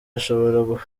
ashobora